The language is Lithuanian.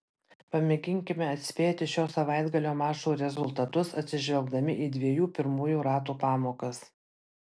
pamėginkime atspėti šio savaitgalio mačų rezultatus atsižvelgdami į dviejų pirmųjų ratų pamokas